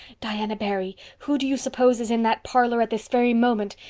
diana barry, who do you suppose is in that parlor at this very moment?